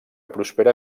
prospera